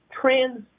trans